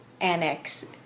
annex